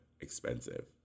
expensive